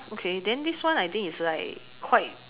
oh okay then this one I think is like quite